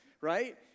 right